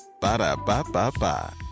Ba-da-ba-ba-ba